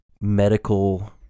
medical